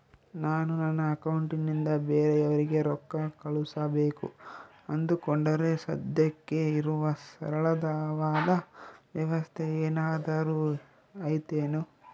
ನಾನು ನನ್ನ ಅಕೌಂಟನಿಂದ ಬೇರೆಯವರಿಗೆ ರೊಕ್ಕ ಕಳುಸಬೇಕು ಅಂದುಕೊಂಡರೆ ಸದ್ಯಕ್ಕೆ ಇರುವ ಸರಳವಾದ ವ್ಯವಸ್ಥೆ ಏನಾದರೂ ಐತೇನು?